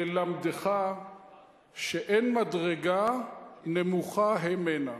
ללמדך שאין מדרגה נמוכה הימנה.